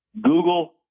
Google